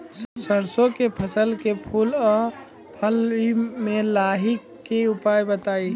सरसों के फसल के फूल आ फली मे लाहीक के उपाय बताऊ?